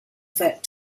vet